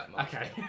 Okay